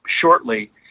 shortly